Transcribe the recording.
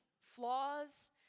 Flaws